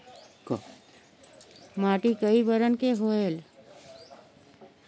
माटी कई बरन के होयल?